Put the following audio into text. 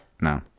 No